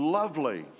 lovely